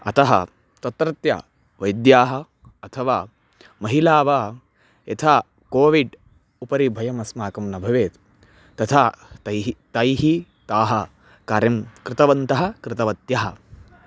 अतः तत्रत्यवैद्याः अथवा महिलाः वा यथा कोविड् उपरि भयम् अस्माकं न भवेत् तथा तैः तैः ताः कार्यं कृतवन्तः कृतवत्यः